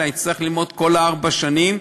אלא יצטרך ללמוד כל ארבע השנים,